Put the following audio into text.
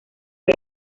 fue